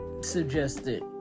suggested